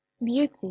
Beauty